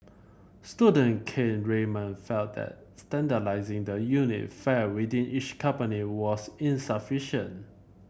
student Kane Raymond felt that standardising the unit fare within each company was insufficient